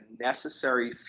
necessary